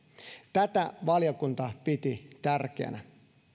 tätä valiokunta piti tärkeänä